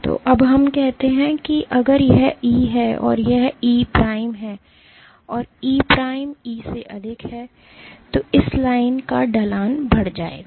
तो हम कहते हैं कि अगर यह E है और यह E प्राइम है और E प्राइम E से अधिक है तो इस लाइन का ढलान बढ़ जाएगा